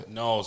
no